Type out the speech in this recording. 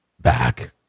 back